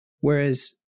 Whereas